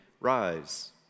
rise